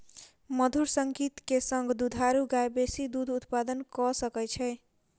मधुर संगीत के संग दुधारू गाय बेसी दूध उत्पादन कअ सकै छै